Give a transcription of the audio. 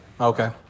okay